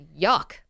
yuck